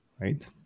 right